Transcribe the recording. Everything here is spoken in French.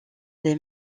des